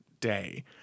day